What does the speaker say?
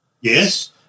Yes